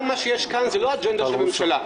מה שיש כאן זו לא אג'נדה של ממשלה.